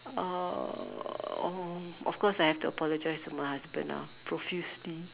uh oh of course I have to apologize to my husband ah profusely